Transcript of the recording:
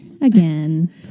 again